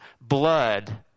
blood